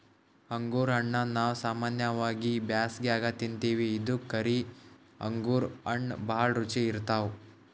ಅಂಗುರ್ ಹಣ್ಣಾ ನಾವ್ ಸಾಮಾನ್ಯವಾಗಿ ಬ್ಯಾಸ್ಗ್ಯಾಗ ತಿಂತಿವಿ ಇದ್ರಾಗ್ ಕರಿ ಅಂಗುರ್ ಹಣ್ಣ್ ಭಾಳ್ ರುಚಿ ಇರ್ತವ್